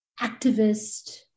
activist